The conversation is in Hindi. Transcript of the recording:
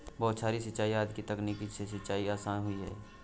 बौछारी सिंचाई आदि की तकनीक से सिंचाई आसान हुई है